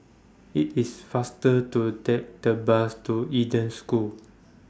IT IS faster to Take The Bus to Eden School